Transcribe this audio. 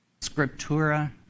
Scriptura